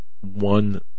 one